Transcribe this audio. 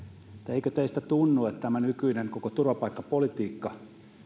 eikö teistä tunnu että tämä koko nykyinen turvapaikkapolitiikka